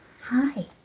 Hi